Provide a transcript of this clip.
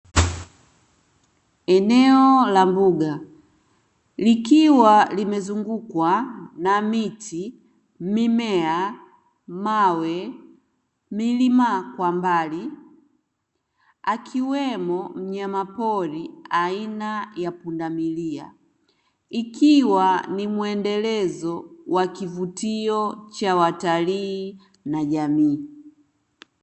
Eneo la mbuga likiwa limezungukwa na miti, mimea, mawe, milima kwa mbali, akiwemo mnyama pori aina ya pundamilia; ikiwa ni mwendelezo wa kivutio cha watalii na jamii.